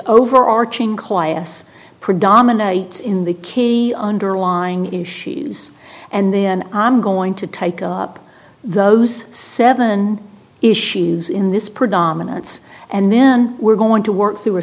overarching quietus predominates in the key underlying issues and then i'm going to take up those seven issues in this predominance and then we're going to work through a